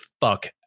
fuck